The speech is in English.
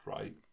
right